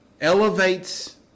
elevates –